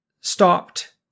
stopped